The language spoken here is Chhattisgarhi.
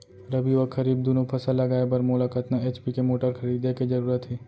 रबि व खरीफ दुनो फसल लगाए बर मोला कतना एच.पी के मोटर खरीदे के जरूरत हे?